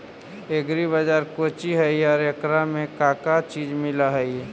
Agri बाजार कोची हई और एकरा में का का चीज मिलै हई?